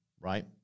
right